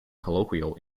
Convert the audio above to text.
colloquial